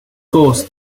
course